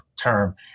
term